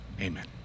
amen